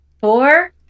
Four